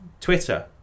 Twitter